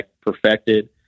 perfected